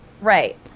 Right